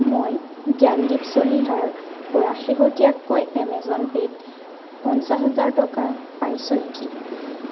মই জ্ঞানদীপ চলিহাৰ পৰা শেহতীয়াকৈ এমেজন পে'ত পঞ্চাছ হাজাৰ টকা পাইছোঁ নেকি